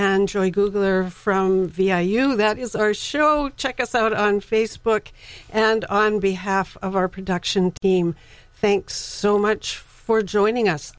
and joy google or from vi you that is our show check us out on facebook and i'm behalf of our production team thanks so much for joining us